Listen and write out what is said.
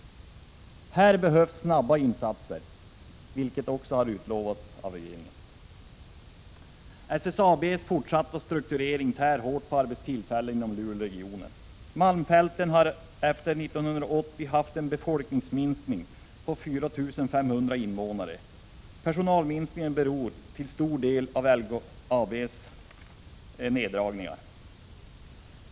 Här behövs snabba insatser, vilket också har utlovats av regeringen. SSAB:s fortsatta strukturering tär hårt på arbetstillfällena inom Luleåregionen. Malmfälten har efter 1980 haft en folkminskning på 4 500 invånare. Personalminskningarna beror till stor del på LKAB:s neddragningar.